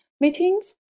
meetings